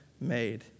made